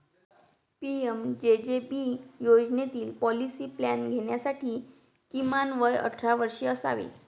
PMJJB योजनेतील policy plan घेण्यासाठी किमान वय अठरा वर्षे असावे